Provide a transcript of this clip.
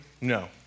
no